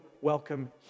welcome